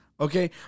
Okay